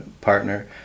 partner